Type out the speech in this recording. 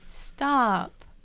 stop